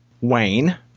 Wayne